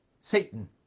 Satan